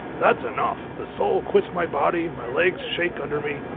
that's enough! the soul quits my body my legs shake under me.